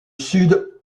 sud